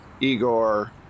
igor